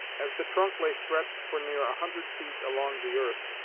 as the trunk lay stretched for near a hundred feet along the earth,